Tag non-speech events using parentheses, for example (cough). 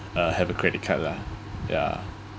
(breath) uh have a credit card lah ya